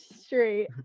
straight